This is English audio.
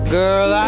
girl